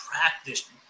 practice